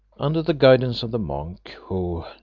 under the guidance of the monk, who,